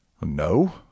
No